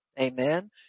Amen